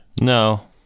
no